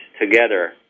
together